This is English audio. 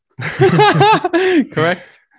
Correct